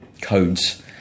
codes